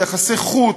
ביחסי חוץ,